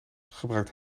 gebruikt